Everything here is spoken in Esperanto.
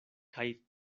kaj